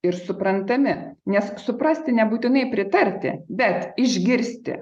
ir suprantami nes suprasti nebūtinai pritarti bet išgirsti